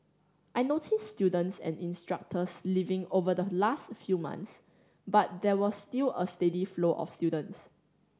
I noticed students and instructors leaving over the last few months but there was still a steady flow of students